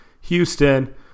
Houston